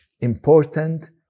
important